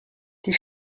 die